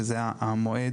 שזה המועד